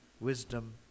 wisdom